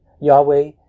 Yahweh